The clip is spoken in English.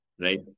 right